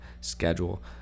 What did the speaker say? schedule